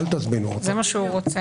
אל תזמינו אותם.